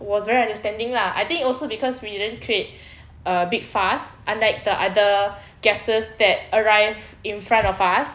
was very understanding lah I think also cause we didn't create a big fuss unlike the other guests that arrive in front of us